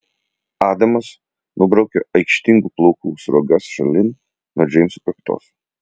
adamas nubraukia aikštingų plaukų sruogas šalin nuo džeimso kaktos